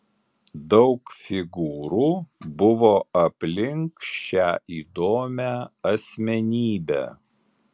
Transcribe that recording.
daug figūrų buvo aplink šią įdomią asmenybę